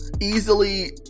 easily